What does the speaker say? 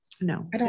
No